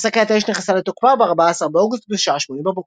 הפסקת אש נכנסה לתוקפה ב־14 באוגוסט בשעה 800 בבוקר.